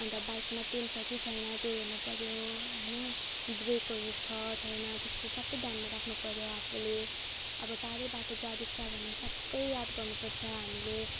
अन्त बाइकमा तेल छ कि छैन त्यो हेर्नुपर्यो होइन ब्रेकहरू छ छैन त्यस्तोहरू सबै ध्यानमा राख्नुपर्यो आफूले अब टाढै बाटो जाँदैछ भने सबै याद गर्नुपर्छ हामीले